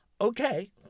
okay